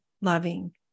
loving